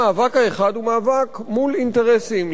המאבק האחד הוא מאבק מול אינטרסים,